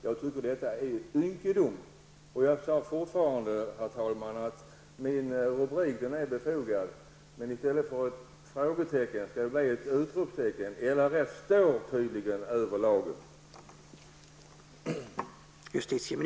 Jag tycker att detta är ynkedom. Jag säger fortfarande, herr talman, att min rubrik är befogad. Men i stället för ett frågetecken skall det bli ett utropstecken. RLF står tydligen över lagen!